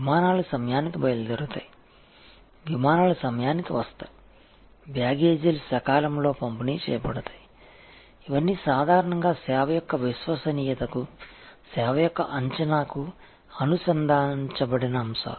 విమానాలు సమయానికి బయలుదేరుతాయి విమానాలు సమయానికి వస్తాయి బ్యాగేజీలు సకాలంలో పంపిణీ చేయబడతాయి ఇవన్నీ సాధారణంగా సేవ యొక్క విశ్వసనీయతకు సేవ యొక్క అంచనాకు అనుసంధానించబడిన అంశాలు